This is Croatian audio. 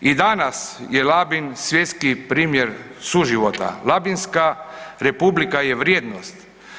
I danas je Labin svjetski primjer suživota, Labinska republika je vrijednost.